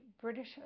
British